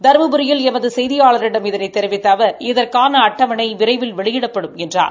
தருமபுரியில் எமது செய்தியாளரிடம் இதனைத் தெரிவித்த அவர் இதற்கான அட்டவணை விரைவில் வெளியிடப்படும் என்றார்